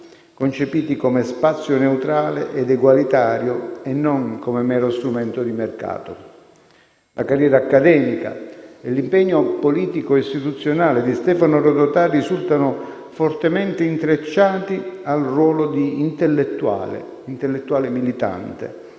concepiti come spazio neutrale ed egualitario e non come mero strumento di mercato. La carriera accademica e l'impegno politico e istituzionale di Stefano Rodotà risultano fortemente intrecciati al ruolo di intellettuale militante,